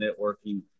Networking